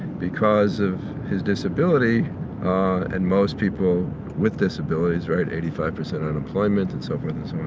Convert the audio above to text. because of his disability and most people with disabilities, right, eighty five percent unemployment and so forth and so on,